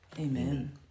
Amen